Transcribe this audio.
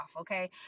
okay